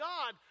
God